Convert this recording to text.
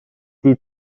die